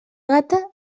gata